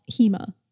Hema